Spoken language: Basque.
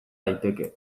daiteke